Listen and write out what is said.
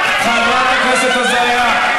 חברת הכנסת עזריה,